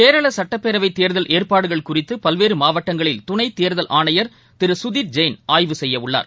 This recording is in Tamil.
கேரளசட்டப்பேரவைத் தேர்தல் ஏற்பாடுகள் குறித்துபல்வேறுமாவட்டங்களில் துணைத் தேர்தல் ஆணையர் திருசுதிர் ஜெயின் ஆய்வு செய்யவுள்ளார்